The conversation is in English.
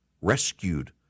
rescued